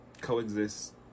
coexist